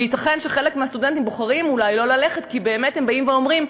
וייתכן שחלק מהסטודנטים בוחרים אולי לא ללכת כי הם באים ואומרים: